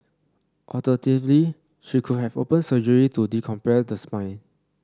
alternatively she could have open surgery to decompress the spine